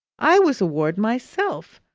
i was a ward myself.